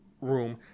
room